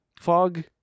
fog